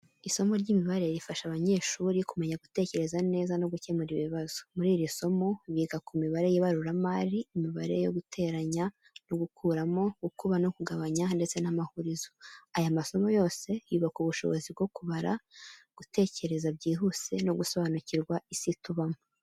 Isomo ry’imibare rifasha abanyeshuri kumenya gutekereza neza no gukemura ibibazo. Muri iri somo, biga ku mibare y’ibaruramari, imibare yo guteranya no gukuramo, gukuba no kugabanya ndetse n’amahurizo. Aya masomo yose yubaka ubushobozi bwo kubara, gutekereza byihuse no gusobanukirwa isi tubamo.